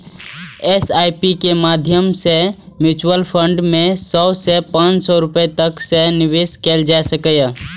SIP के माध्यम सं म्यूचुअल फंड मे सय सं पांच सय रुपैया तक सं निवेश कैल जा सकैए